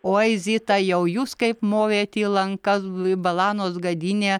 oi zita jau jūs kaip movėt į lankas balanos gadynė